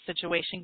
situation